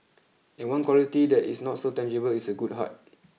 and one quality that is not so tangible is a good heart